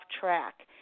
track